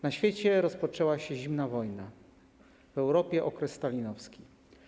Na świecie rozpoczęła się zimna wojna, a w Europie - okres stalinowski.